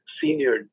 senior